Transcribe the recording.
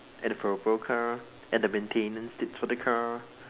and the purple car and the maintenance tips for the car